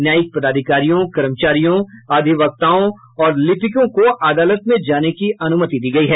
न्यायिक पदाधिकारियों कर्मचारियों अधिवक्ताओं और लिपिकों को अदालत में जाने की अनुमति दी गयी है